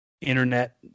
internet